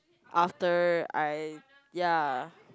after I ya